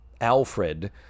Alfred